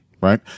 right